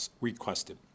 requested